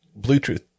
Bluetooth